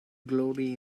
glory